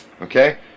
Okay